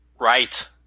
Right